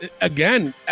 again